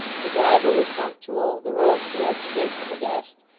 the driver was punctual, the road good save for the dust,